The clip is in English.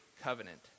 covenant